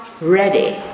ready